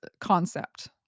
concept